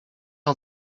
all